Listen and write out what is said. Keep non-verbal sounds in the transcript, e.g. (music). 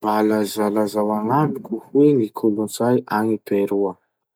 Mba lazalazao (noise) agnamiko hoe ny kolotsay agny Peroa?